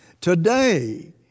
TODAY